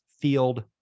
Field